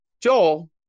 Joel